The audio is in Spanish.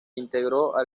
integró